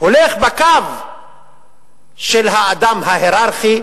הולך בקו של האדם ההייררכי,